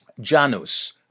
Janus